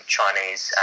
Chinese